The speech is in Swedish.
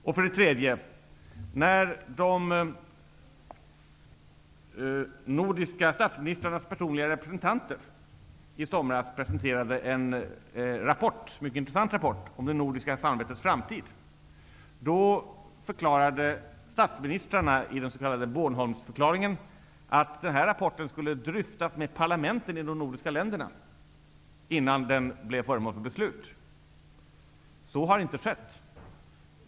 Och för det tredje: När de nordiska statsministrarnas personliga representanter i somras presenterade en rapport, en mycket intressant rapport, om det nordiska samarbetets framtid, förklarade statsministrarna i den s.k. Bornholmsförklaringen att rapporten skulle dryftas med parlamenten i de nordiska länderna, innan den blev föremål för beslut. Så har inte skett.